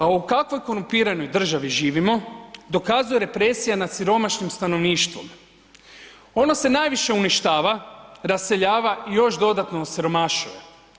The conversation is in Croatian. A u kakvoj korumpiranoj državi živimo dokazuje represija nad siromašnim stanovništvom, ono se najviše uništava, raseljava i još dodatno osiromašuje.